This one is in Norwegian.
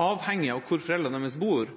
avhengig av hvor foreldrene deres bor,